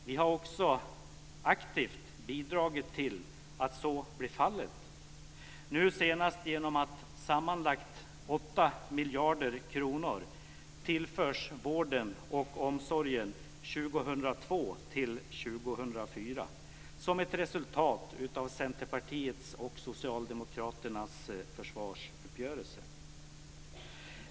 Vi har också aktivt bidragit till att så blir fallet, nu senast genom att sammanlagt 8 2004, som ett resultat av Centerpartiets och Socialdemokraternas försvarsuppgörelse.